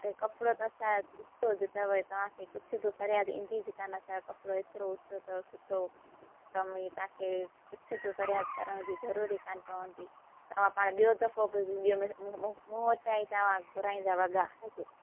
अरे कपिड़ो त असांजो ऊचो ज अथव तव्हां खे कुझु बि फ़रियादि ईंदी ज कान्ह असांजो कपिड़ो एतिरो ऊचो अथव सुठो तव्हांखे कुझु बि फ़रियादि करण जी ज़रूरत ई कान्ह पवंदी तव्हां पाणि ॿियो दफ़ो बि मूं मूं वटां ई तव्हां घुराईंदा वॻा